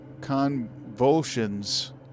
convulsions